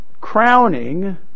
crowning